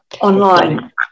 online